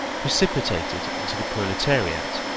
precipitated into the proletariat,